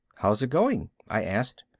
how's it going? i asked.